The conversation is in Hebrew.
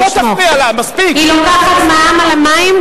היא לוקחת מע"מ על המים,